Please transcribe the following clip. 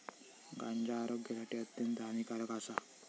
गांजा आरोग्यासाठी अत्यंत हानिकारक आसा